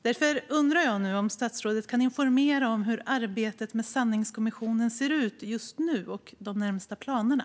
Därför undrar jag om statsrådet kan informera om hur arbetet med sanningskommissionen ser ut just nu och om de närmsta planerna.